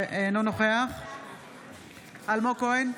אינו נוכח אלמוג כהן,